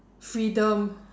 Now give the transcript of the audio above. freedom